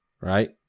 right